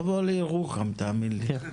תבוא לירוחם, תאמין לי.